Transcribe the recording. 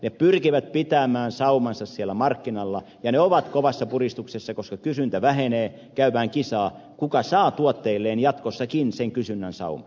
ne pyrkivät pitämään saumansa siellä markkinoilla ja ne ovat kovassa puristuksessa koska kysyntä vähenee ja käydään kisaa kuka saa tuotteilleen jatkossakin sen kysynnän sauman